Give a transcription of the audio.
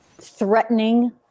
threatening